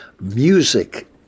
music